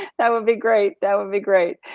that would be great, that would be great.